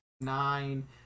nine